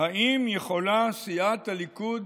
האם יכולה סיעת הליכוד